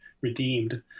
redeemed